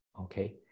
Okay